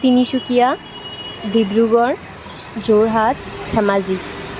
Tinsukia Dibrugarh Jorhat Dhemaji